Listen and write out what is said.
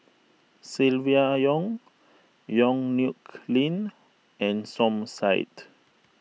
Silvia Yong Yong Nyuk Lin and Som Said